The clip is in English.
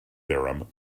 theorem